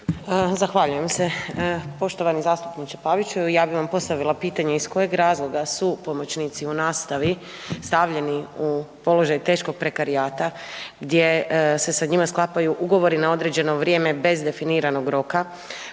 Zahvaljujem se. Poštovani zastupniče Paviću. Ja bih vam postavila pitanje, iz kojeg razloga su pomoćnici u nastavi stavljeni u položaj teškog prekarijata gdje se sa njima sklapaju ugovori na određeno vrijeme bez definiranog roka,